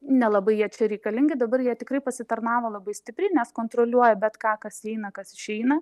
nelabai jie čia reikalingi dabar jie tikrai pasitarnavo labai stipriai nes kontroliuoja bet ką kas įeina kas išeina